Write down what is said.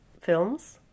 films